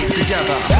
together